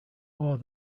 more